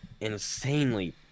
insanely